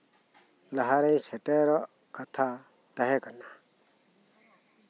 ᱞᱟᱦᱟᱨᱮ ᱥᱮᱴᱮᱨᱚᱜ ᱛᱟᱦᱮᱸ ᱠᱟᱱᱟ